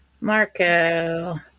Marco